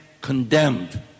condemned